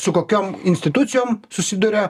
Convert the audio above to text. su kokiom institucijom susiduria